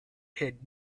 had